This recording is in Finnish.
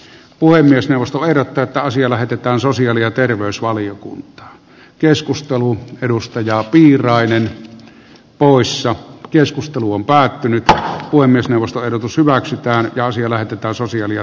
puhemiesneuvosto ehdottaa että asia lähetetään sosiaali ja terveysvaliokunta keskusteluun perustaja piiraiselle poissa keskustelu on päättynyt kuin myös neuvoston ehdotus hyväksytään ja siellä otetaan sosiaali sivistysvaliokuntaan